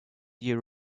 you